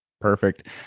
Perfect